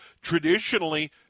Traditionally